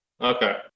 Okay